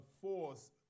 force